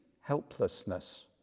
helplessness